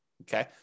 Okay